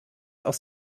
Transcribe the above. aus